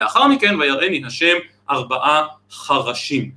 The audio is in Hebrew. ‫לאחר מכן ויראה מן השם ארבעה חרשים.